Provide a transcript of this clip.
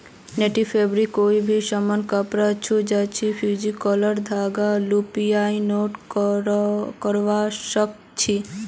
netting fabric कोई भी यममन कपड़ा छ जैइछा फ़्यूज़ क्राल धागाक लूप या नॉट करव सक छी